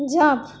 jump